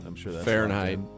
Fahrenheit